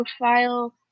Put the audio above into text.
profile